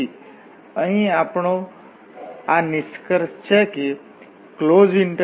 તેથી અહીં આપણો આ નિષ્કર્ષ છે કે CF2dy∬RF2∂xdA